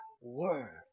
word